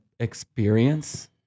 experience